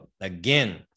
Again